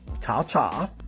Ta-ta